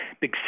big